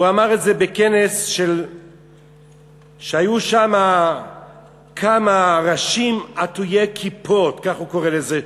הוא אמר את זה בכנס שהיו שם כמה ראשים "עטויי כיפות" כך הוא קורא לזה,